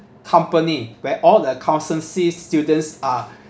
company where all the accountancy students are